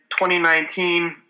2019